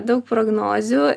daug prognozių